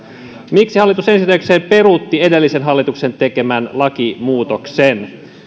miksi hallitus ensi töikseen peruutti edellisen hallituksen tekemän lakimuutoksen